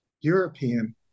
European